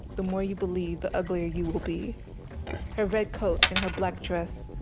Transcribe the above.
the more you believe the uglier you will be her red coat in her black dress.